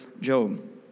Job